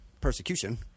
persecution